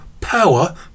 Power